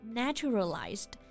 naturalized